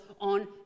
on